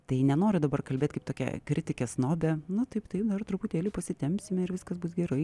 tai nenoriu dabar kalbėt kaip tokia kritikė snobė na taip taip dar truputėlį pasitempsime ir viskas bus gerai